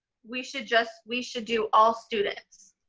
we should just, we should do all students.